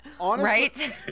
right